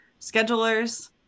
schedulers